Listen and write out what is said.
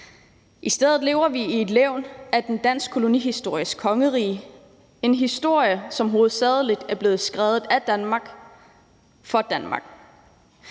I stedet lever vi i et levn af den danske kolonihistories kongerige – en historie, som hovedsagelig er blevet skrevet af Danmark for Danmark;